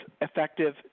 effective